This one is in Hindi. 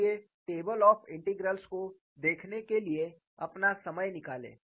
इसलिए टेबल ऑफ़ इन्टेग्रल्स को देखने के लिए अपना समय निकालें